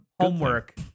homework